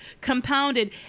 compounded